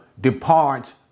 departs